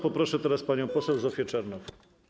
Poproszę teraz panią poseł Zofię Czernow.